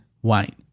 white